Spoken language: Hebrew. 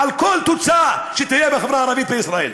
לכל תוצאה שתהיה בחברה הערבית בישראל.